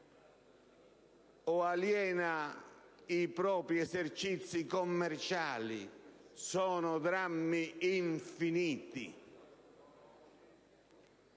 o aliena i propri esercizi commerciali. Sono drammi infiniti.